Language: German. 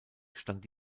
stand